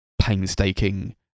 painstaking